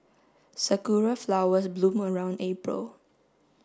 sakura flowers bloom around April